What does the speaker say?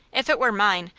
if it were mine,